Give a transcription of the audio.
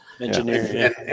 Engineering